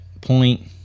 point